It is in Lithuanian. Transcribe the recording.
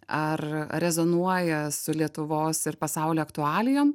ar ar rezonuoja su lietuvos ir pasaulio aktualijom